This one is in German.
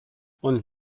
und